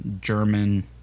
German